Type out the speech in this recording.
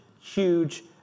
huge